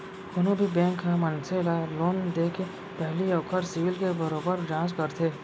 कोनो भी बेंक ह मनसे ल लोन देके पहिली ओखर सिविल के बरोबर जांच करथे